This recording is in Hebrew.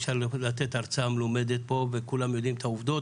אפשר לתת הרצאה מלומדת פה וכולם יודעים את העובדות,